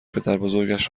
پدربزرگش